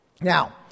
Now